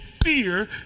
Fear